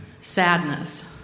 sadness